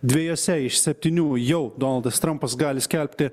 dvejose iš septynių jau donaldas trampas gali skelbti